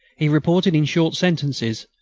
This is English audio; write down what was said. he reported in short sentences,